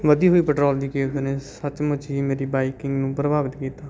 ਵਧੀ ਹੋਈ ਪਟਰੋਲ ਦੀ ਕੀਮਤ ਨੇ ਸੱਚਮੁੱਚ ਹੀ ਮੇਰੀ ਬਾਈਕਿੰਗ ਨੂੰ ਪ੍ਰਭਾਵਿਤ ਕੀਤਾ